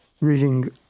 reading